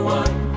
one